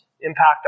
impact